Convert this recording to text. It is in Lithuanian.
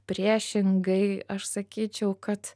priešingai aš sakyčiau kad